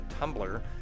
Tumblr